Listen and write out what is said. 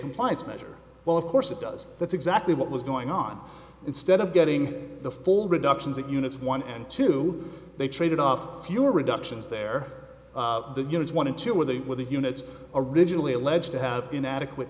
compliance measure well of course it does that's exactly what was going on instead of getting the full reductions that units one and two they traded off fewer reductions their units wanted to where they were the units originally alleged to have inadequate